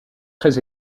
très